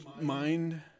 mind